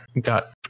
got